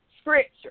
scripture